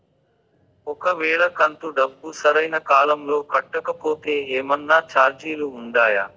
ఒక వేళ కంతు డబ్బు సరైన కాలంలో కట్టకపోతే ఏమన్నా చార్జీలు ఉండాయా?